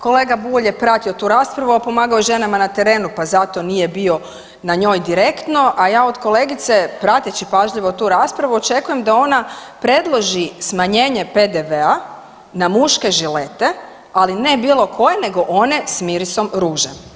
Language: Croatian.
Kolega Bulj je pratio tu raspravu, a pomagao je ženama na terenu pa zato nije bio na njoj direktno, a ja od kolegice prateći pažljivo tu raspravu očekujem da ona predloži smanjenje PDV-a na muške žilete, ali ne bilo koje nego one s mirisom ruže.